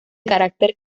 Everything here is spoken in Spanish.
carácter